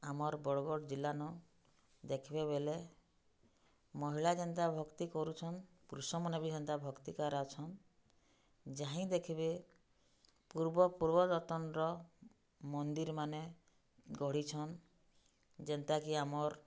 ଆମର୍ ବରଗଡ଼୍ ଜିଲ୍ଲାନୁ ଦେଖ୍ବେ ବେଲେ ମହିଳା ଯେନ୍ତା ଭକ୍ତି କରୁଛନ୍ ପୁରୁଷମାନେ ବି ସେନ୍ତା ଭକ୍ତିକାର୍ ଅଛନ୍ ଯାହିଁ ଦେଖ୍ବେ ପୂର୍ବ ପୂର୍ବ ଯତ୍ନର ମନ୍ଦିର୍ମାନେ ଗଢ଼ିଛନ୍ ଯେନ୍ତାକି ଆମର୍